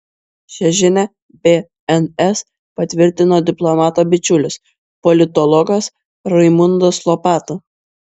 šią žinią bns patvirtino diplomato bičiulis politologas raimundas lopata